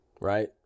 Right